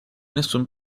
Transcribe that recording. nessun